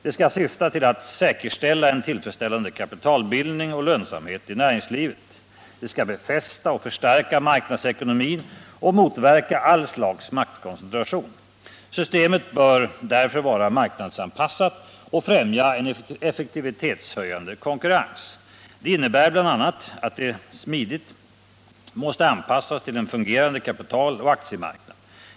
Det skall syfta till att säkerställa en tillfredsställande kapitalbildning och lönsamhet i näringslivet. Det skall befästa och förstärka marknadsekonomin och motverka allt slags maktkoncentration. Systemet bör därför vara marknadsanpassat och främja en effektivitetshöjande konkurrens. Det innebär bl.a. att det smidigt måste anpassas till en fungerande kapitaloch aktiemarknad.